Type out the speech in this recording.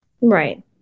Right